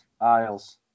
Isles